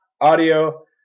audio